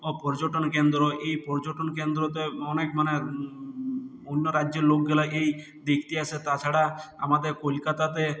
ও পর্যটন কেন্দ্র এই পর্যটন কেন্দ্রতে অনেক মানে অন্য রাজ্যের লোকগুলা এই দেখতে আসে তাছাড়া আমাদের কলকাতাতে